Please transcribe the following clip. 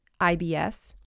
IBS